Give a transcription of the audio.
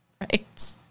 Right